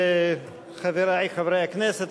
חברי חברי הכנסת,